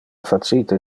facite